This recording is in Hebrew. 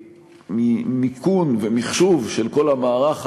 מיכון ומחשוב של כל המערך הזה,